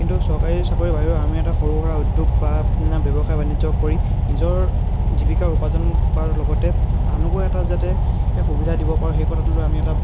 কিন্তু চৰকাৰী চাকৰিৰ বাহিৰেও আমি এটা সৰু সুৰা উদ্যোগ বা ব্যৱসায় বাণিজ্য কৰি নিজৰ জীৱিকাৰ উপাৰ্জন কৰাৰ লগতে আনকো এটা যাতে সুবিধা দিব পাৰোঁ সেই কথাটো লৈ আমি এটা